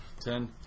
ten